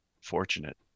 fortunate